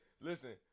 listen